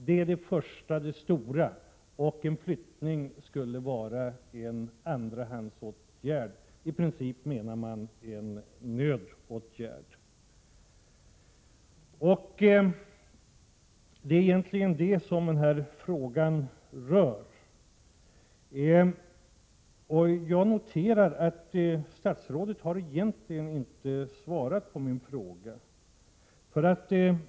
Det är vad som skulle ske i första hand, och en flyttning skulle vara en andrahandsåtgärd, i princip en nödåtgärd. Det är egentligen detta som det hela gäller, och jag noterade att statsrådet egentligen inte svarade på min interpellation.